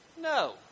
No